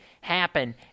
happen